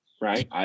right